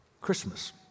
Christmas